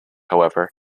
however